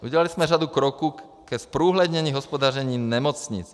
Udělali jsme řadu kroků ke zprůhlednění hospodaření nemocnic.